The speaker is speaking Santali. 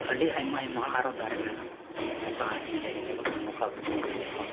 ᱟᱹᱰᱤ ᱟᱭᱢᱟ ᱟᱭᱢᱟ ᱟᱨᱦᱚᱸ ᱫᱟᱨᱮ ᱢᱮᱱᱟᱜᱼᱟ ᱚᱠᱟ ᱦᱮᱸᱫᱮ ᱜᱮ ᱧᱮᱞᱚᱜ ᱠᱟᱱ ᱚᱠᱟ ᱯᱩᱸᱰ ᱜᱮ ᱧᱮᱞᱚᱜᱼᱟ